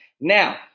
Now